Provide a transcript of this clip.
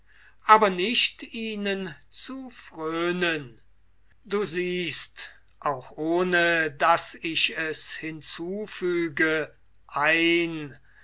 aber nicht ihnen zu fröhnen du siehst auch ohne daß ich es hinzufüge ein